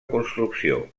construcció